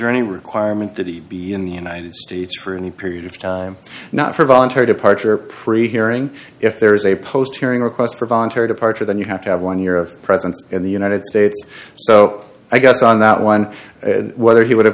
there any requirement that he be in the united states for any period of time not for voluntary departure pre hearing if there is a post tiering request for voluntary departure then you have to have one year of presence in the united states so i guess on that one whether he would have